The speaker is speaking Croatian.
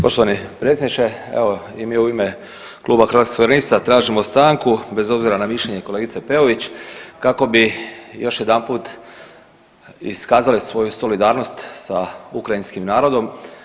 Poštovani predsjedniče evo i mi u ime Kluba Hrvatskih suverenista tražimo stanku bez obzira na mišljenje kolegice Peović kako bi još jedanput iskazali svoju solidarnost s ukrajinskim narodom.